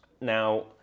Now